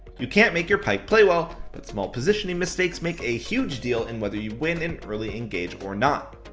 you can't make your pyke play well, but small positioning mistakes make a huge deal in whether you win an early engage or not.